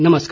नमस्कार